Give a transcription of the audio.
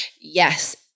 Yes